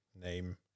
name